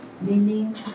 meaning